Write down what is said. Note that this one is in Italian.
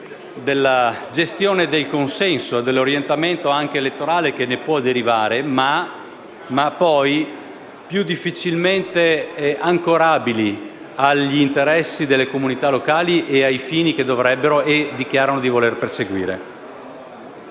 della gestione del consenso e dell'orientamento anche elettorale che ne può derivare, ma poi difficilmente ancorabili agli interessi delle comunità locali e ai fini che dovrebbero e dichiarano di voler perseguire.